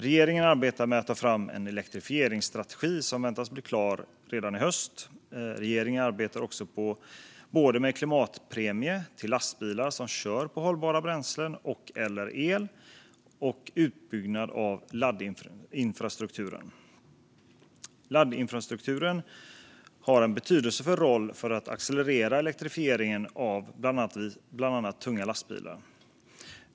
Regeringen arbetar med att ta fram en elektrifieringsstrategi, som väntas bli klar redan i höst. Regeringen arbetar också med både en klimatpremie till lastbilar som kör på hållbara bränslen och el eller bara el och en utbyggnad av laddinfrastrukturen. Laddinfrastrukturen har en betydelsefull roll i att accelerera elektrifieringen av bland annat tunga lastbilar.